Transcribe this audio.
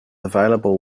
available